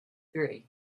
three